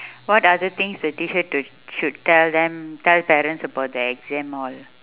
what other things the teacher to~ should tell them tell parents about the exam hall